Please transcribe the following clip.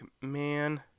man